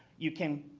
you can